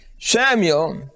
samuel